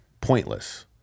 pointless